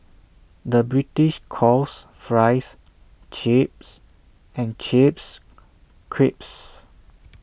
the British calls Fries Chips and Chips Crisps